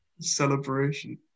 celebration